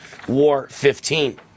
WAR15